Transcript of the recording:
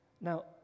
Now